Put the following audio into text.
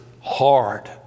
hard